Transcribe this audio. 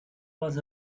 was